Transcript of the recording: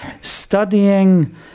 studying